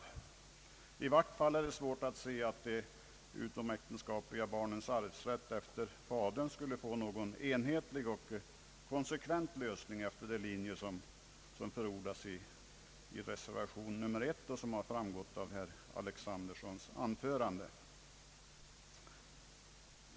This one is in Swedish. I vilket fall som helst är det svårt att se att de utomäktenskapliga barnens arvsrätt efter fadern skulle kunna få en enhetlig och konsekvent lösning efter de linjer som förordas i reservation 1 och av det som framgått av herr Alexandersons anförande.